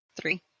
Three